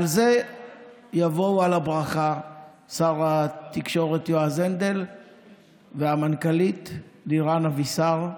על זה יבואו על הברכה שר התקשורת יועז הנדל והמנכ"לית לירן אבישר.